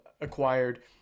acquired